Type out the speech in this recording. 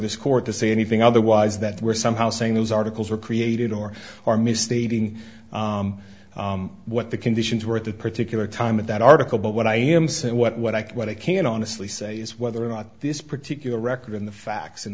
this court to say anything otherwise that we're somehow saying those articles are created or are misstating what the conditions were at that particular time of that article but what i am saying what what ike what i can't honestly say is whether or not this particular record in the facts